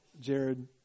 Jared